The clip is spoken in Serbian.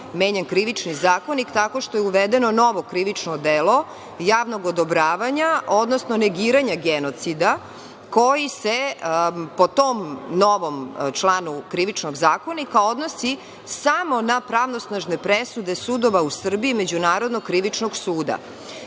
menjan Krivični zakonik tako što je uvedeno novo krivično delo – javnog odobravanja, odnosno negiranja genocida koji se, po tom novom članu Krivičnog zakonika, odnosi samo na pravosnažne presude sudova u Srbiji, Međunarodnog krivičnog suda. Tada